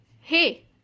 hey